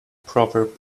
proverb